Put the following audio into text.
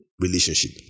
relationship